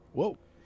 Whoa